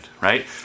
right